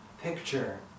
picture